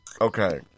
okay